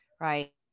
right